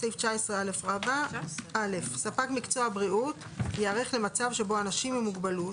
19א. (א)ספק מקצוע בריאות ייערך למצב שבו אנשים עם מוגבלות,